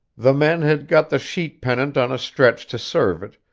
the men had got the sheet pennant on a stretch to serve it,